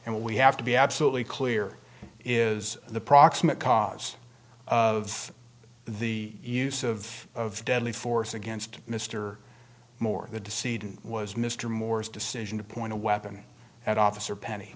and we have to be absolutely clear is the proximate cause of the use of deadly force against mr moore the deceit was mr moore's decision to point a weapon at officer penny